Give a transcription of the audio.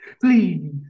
please